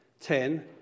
ten